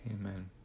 Amen